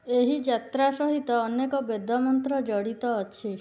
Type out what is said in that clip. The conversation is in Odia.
ଏହି ଯାତ୍ରା ସହିତ ଅନେକ ବେଦ ମନ୍ତ୍ର ଜଡ଼ିତ ଅଛି